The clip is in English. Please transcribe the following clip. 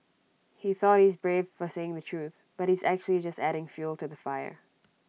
he thought he's brave for saying the truth but he's actually just adding fuel to the fire